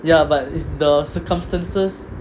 ya but is the circumstances